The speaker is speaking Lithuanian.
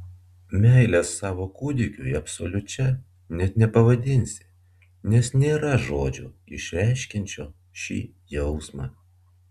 meilės savo kūdikiui absoliučia net nepavadinsi nes nėra žodžio išreiškiančio šį jausmą